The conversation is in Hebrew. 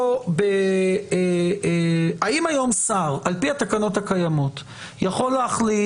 או האם היום שר על פי התקנות הקיימות יכול להחליט